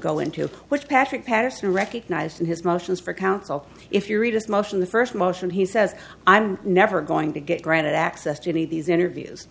go into which patrick patterson recognized in his motions for counsel if you read his motion the first motion he says i'm never going to get granted access to any of these interviews